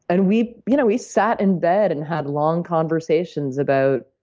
and we you know we sat in bed and had long conversations about,